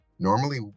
normally